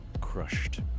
crushed